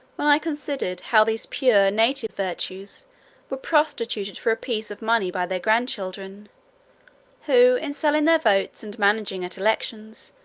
when i considered how all these pure native virtues were prostituted for a piece of money by their grand-children who, in selling their votes and managing at elections,